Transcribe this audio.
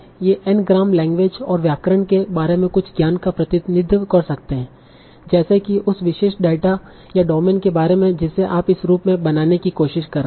ये N gram language और व्याकरण के बारे में कुछ ज्ञान का प्रतिनिधित्व कर सकते हैं जैसे कि उस विशेष डेटा या डोमेन के बारे में जिसे आप इस रूप में बनाने की कोशिश कर रहे हैं